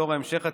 דור ההמשך הצעיר.